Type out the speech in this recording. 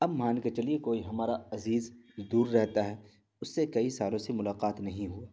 اب مان کے چلیے کوئی ہمارا عزیز جو دور رہتا ہے اس سے کئی سالوں سے ملاقات نہیں ہوا